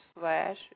slash